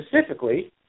specifically